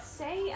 say